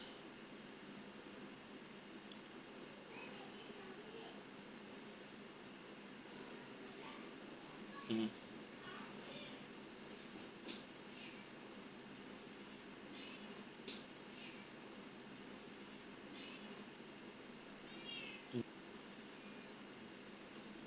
mm mm